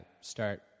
start